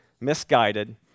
misguided